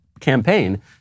campaign